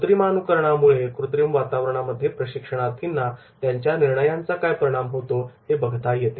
कृत्रिमानुकरणामुळे कृत्रिम वातावरणामध्ये प्रशिक्षणार्थींना त्यांच्या निर्णयांचा काय परिणाम होतो हे बघता येते